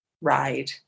ride